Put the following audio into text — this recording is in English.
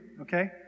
okay